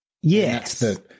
Yes